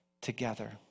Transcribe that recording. together